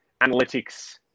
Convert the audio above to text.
analytics